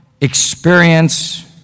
experience